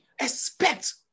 expect